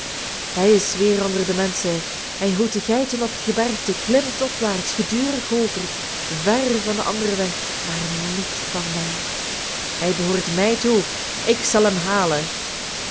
hij is weer onder de menschen hij hoedt de geiten op het gebergte klimt opwaarts gedurig hooger ver van de anderen weg maar niet van mij hij behoort mij toe ik zal hem halen